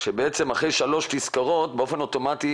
שבעצם אחרי שלוש תזכורות באופן אוטומטי